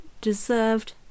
deserved